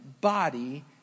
body